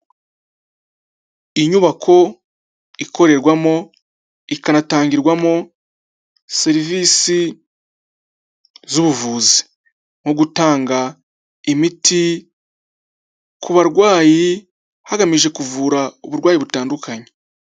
Inyubako ikorerwamo, ikanatangirwamo serivisi z'ubuvuzi, mu gutanga imiti ku barwayi, hagamijwe kuvura uburwayi butandukanye.